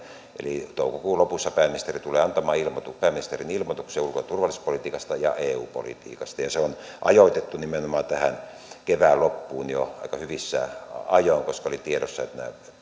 eli toukokuun lopussa pääministeri tulee antamaan pääministerin ilmoituksen ulko ja turvallisuuspolitiikasta ja eu politiikasta se on ajoitettu nimenomaan tähän kevään loppuun jo aika hyvissä ajoin koska oli tiedossa että nämä